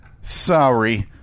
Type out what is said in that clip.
Sorry